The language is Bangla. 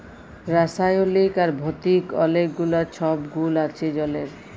রাসায়লিক আর ভতিক অলেক গুলা ছব গুল আছে জলের